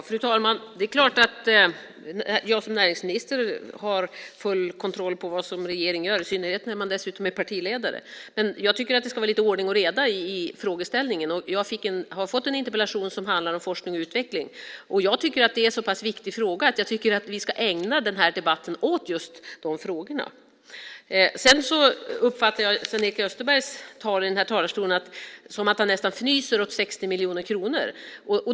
Fru talman! Det är klart att jag som näringsminister har full kontroll på vad regeringen gör, i synnerhet när jag dessutom är partiledare. Men jag tycker att det ska vara lite ordning och reda i frågeställningen. Jag har fått en interpellation som handlar om forskning och utveckling, och jag tycker att det är en så pass viktig fråga att vi ska ägna den här debatten åt just den. Jag uppfattade Sven-Erik Österbergs tal här i talarstolen som att han nästan fnyser åt 60 miljoner kronor.